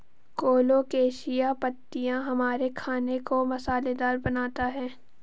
colocasia पत्तियां हमारे खाने को मसालेदार बनाता है